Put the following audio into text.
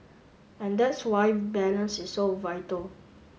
and that's why balance is so vital